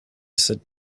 sit